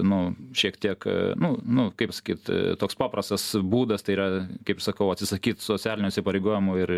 nu šiek tiek nu nu kaip pasakyt toks paprastas būdas tai yra kaip sakau atsisakyt socialinių įsipareigojimų ir